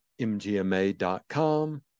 mgma.com